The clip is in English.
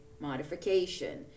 modification